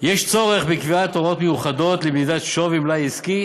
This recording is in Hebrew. יש צורך בקביעת הוראות מיוחדות למדידת שווי מלאי עסקי